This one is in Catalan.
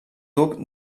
hug